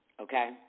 okay